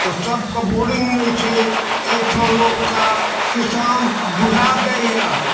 सबके बोरिङ्ग नै छै अइ ठन लोकके किसान दुहाए जाइए